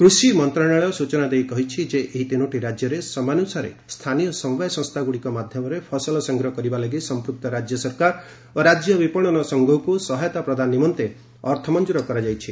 କୂଷି ମନ୍ତ୍ରଣାଳୟ ସୂଚନା ଦେଇ କହିଛି ଯେ ଏହି ତିନୋଟି ରାକ୍ୟରେ ସମୟାନୁସାରେ ସ୍ଥାନୀୟ ସମବାୟ ସଂସ୍ଥାନଗୁଡ଼ିକ ମାଧ୍ୟମରେ ଫସଲ ସଂଗ୍ରହ କରିବା ଲାଗି ସମ୍ପୃକ୍ତ ରାଜ୍ୟ ସରକାର ଓ ରାଜ୍ୟ ବିପଶନ ସଂଘକୁ ସହାୟତା ପ୍ରଦାନ ନିମନ୍ତେ ଅର୍ଥ ମଞ୍ଜୁର କରାଯାଇଛି